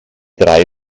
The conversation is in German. drei